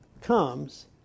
comes